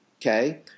okay